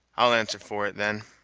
i'll answer for it, then,